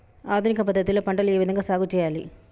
ఆధునిక పద్ధతి లో పంట ఏ విధంగా సాగు చేయాలి?